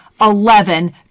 eleven